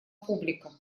публика